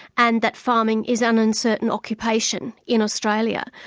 and that farming is an uncertain occupation in australia.